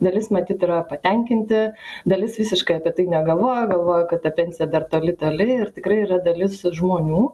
dalis matyt yra patenkinti dalis visiškai apie tai negalvoja galvoja kad ta pensija dar toli toli ir tikrai yra dalis žmonių